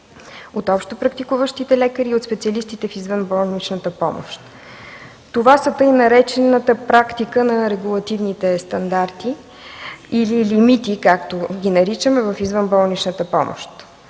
от общо практикуващите лекари и специалистите в извънболничната помощ. Това е така наречената практика на регулативните стандарти или лимити, както ги наричаме в извънболничната помощ.